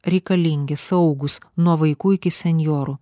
reikalingi saugūs nuo vaikų iki senjorų